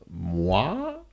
moi